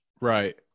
right